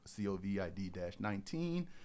COVID-19